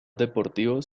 deportivos